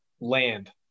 land